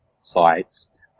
sites